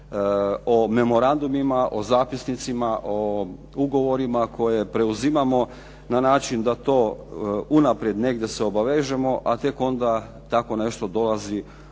o memorandumima, o zapisnicima, o ugovorima koje preuzimamo na način da to unaprijed negdje se obavežemo, a tek onda tako nešto dolazi ovdje